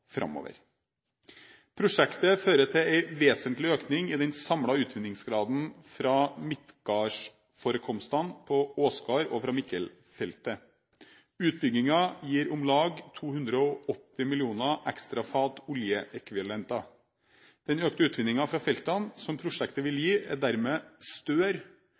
fører til en vesentlig økning i den samlede utvinningsgraden fra Midgardforekomsten på Åsgard og fra Mikkelfeltet. Utbyggingen gir om lag 280 mill. ekstra fat oljeekvivalenter. Den økte utvinningen fra feltene som prosjektet vil gi, er dermed